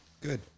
Good